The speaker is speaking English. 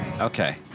Okay